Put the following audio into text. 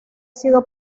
sido